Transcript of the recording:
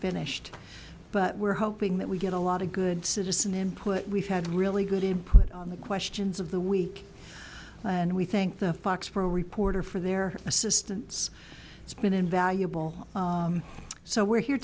finished but we're hoping that we get a lot of good citizen input we've had really good input on the questions of the week and we think the foxboro reporter for their assistance has been invaluable so we're here